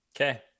Okay